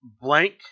blank